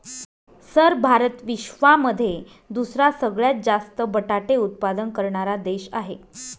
sir Bharat विश्वामध्ये दुसरा सगळ्यात जास्त बटाटे उत्पादन करणारा देश आहे